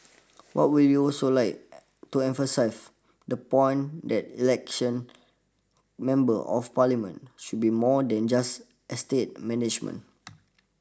what we would also like to emphasise the point that election members of parliament should be more than just estate management